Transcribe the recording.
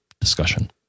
discussion